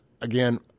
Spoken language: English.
again